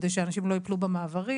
כדי שאנשים לא יפלו במעברים,